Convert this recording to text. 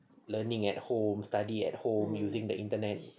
learning at home studying at home using the internet